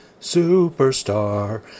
superstar